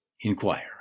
inquire